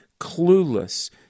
clueless